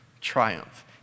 triumph